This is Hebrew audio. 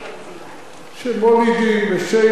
שמולידים, לא שיולדים.